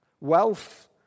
wealth